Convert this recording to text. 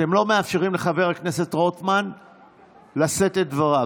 אתם לא מאפשרים לחבר הכנסת רוטמן לשאת את דבריו.